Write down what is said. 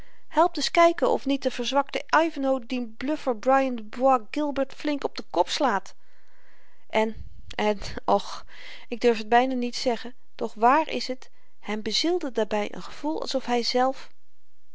helpt eens kyken of niet de verzwakte ivanhoe dien bluffer brian de bois guilbert flink op den kop slaat en en och ik durf t byna niet zeggen doch wààr is het hem bezielde daarby n gevoel alsof hyzelf